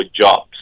jobs